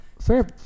fair